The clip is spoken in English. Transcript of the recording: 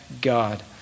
God